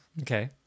okay